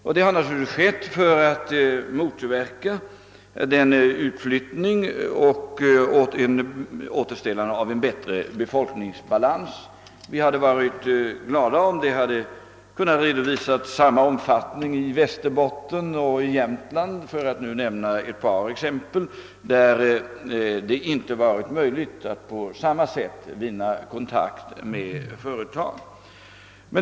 Detta har naturligtvis gjorts för att motverka utflyttningen och återställa en bättre befolkningsbalans. Vi hade varit glada om resultat i samma omfattning hade kunnat redovisas i Västerbotten och Jämtland, för att nämna ett par exempel på områden där det inte varit möjligt att på samma sätt vinna kontakt med företag.